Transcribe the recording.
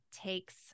takes